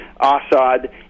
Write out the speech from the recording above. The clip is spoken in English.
assad